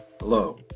Hello